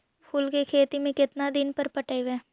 फूल के खेती में केतना दिन पर पटइबै?